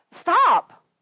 Stop